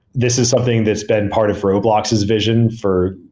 this is something that's been part of roblox's vision for,